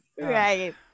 Right